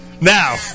Now